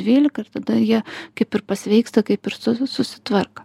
dvylika ir tada jie kaip ir pasveiksta kaip ir su susitvarko